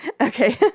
Okay